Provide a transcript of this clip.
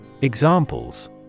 Examples